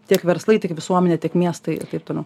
tiek verslai tiek visuomenė tik miestai ir taip toliau